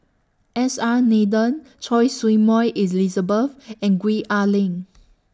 S R Nathan Choy Su Moi Elizabeth and Gwee Ah Leng